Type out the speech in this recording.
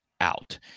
out